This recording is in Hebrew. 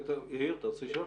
יאיר, אתה רוצה לשאול?